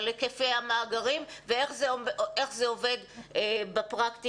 על היקפי המאגרים ואיך זה עובד בפרקטיקה.